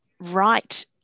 right